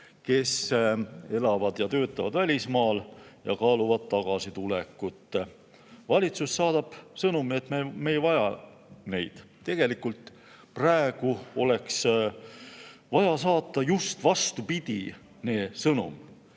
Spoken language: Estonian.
kes elavad ja töötavad välismaal ja kaaluvad tagasitulekut. Valitsus saadab sõnumi, et me ei vaja neid. Tegelikult praegu oleks vaja saata just vastupidine sõnum: